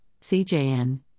CJN